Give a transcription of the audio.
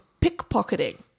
pickpocketing